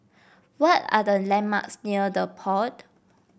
what are the landmarks near The Pod